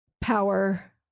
power